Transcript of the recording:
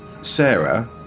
Sarah